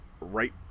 right